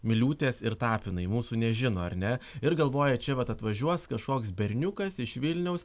miliūtės ir tapinai mūsų nežino ar ne ir galvoja čia vat atvažiuos kažkoks berniukas iš vilniaus